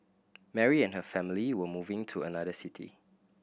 Mary and her family were moving to another city